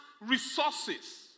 resources